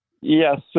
Yes